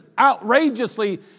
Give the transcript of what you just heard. outrageously